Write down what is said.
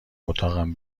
اتاقم